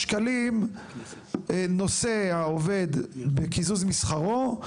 שקלים נושא העובד בקיזוז משכרו,